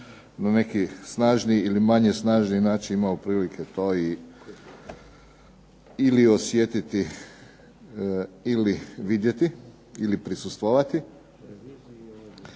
na neki snažniji ili manje snažniji način imati prilike to ili osjetiti ili vidjeti ili prisustvovati,